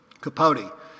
Capote